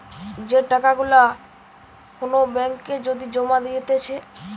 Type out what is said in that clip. যে টাকা গুলা কোন ব্যাঙ্ক এ যদি জমা দিতেছে